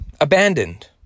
abandoned